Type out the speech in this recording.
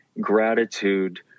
gratitude